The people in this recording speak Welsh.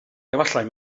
efallai